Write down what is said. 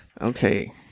Okay